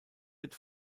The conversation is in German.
wird